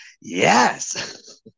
Yes